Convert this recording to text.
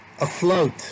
afloat